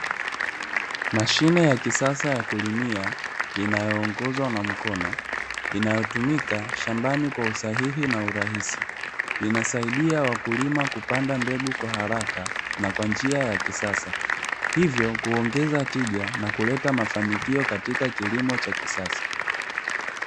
Mashine ya kisasa ya kulimia inayoongozwa na mkono, inayotumika shambani kwa usahihi na urahisi. Inasaidia wakulima kupanda mbegu kwa haraka, na kwa njia ya kisasa, hivyo kuongeza tija na kuleta mafanikio katika kilimo cha kisasa.